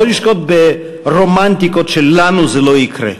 לא לשגות ברומנטיקות ש"לנו זה לא יקרה".